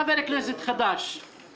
הוא כבר החליט מראש מה תהיה דעתו בחסינות,